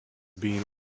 being